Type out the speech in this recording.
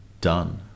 done